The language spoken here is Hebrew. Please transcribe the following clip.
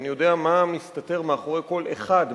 ואני יודע מה מסתתר מאחורי כל אחד מה-95,